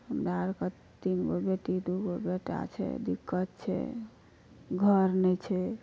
हमरा आरके तीन गो बेटी दू गो बेटा छै दिक्कत छै घर नहि छै